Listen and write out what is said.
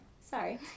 Sorry